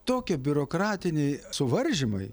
tokie biurokratiniai suvaržymai